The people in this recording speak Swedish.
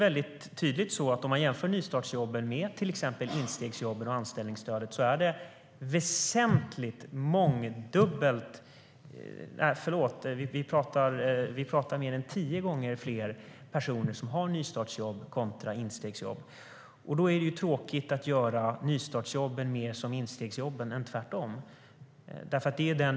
Om man jämför nystartsjobben med till exempel instegsjobben och anställningsstödet kan man se att det är mer än tio gånger fler personer som omfattas av nystartsjobben. Då är det tråkigt om man gör nystartsjobben mer som instegsjobben i stället för tvärtom.